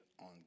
on